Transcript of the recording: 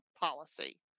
policy